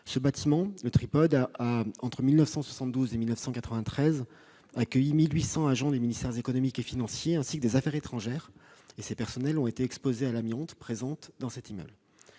Ce bâtiment a, entre 1972 et 1993, accueilli 1 800 agents des ministères économiques et financiers ainsi que des affaires étrangères. Ils ont été exposés à l'amiante présente dans cet immeuble.